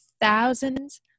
thousands